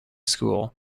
school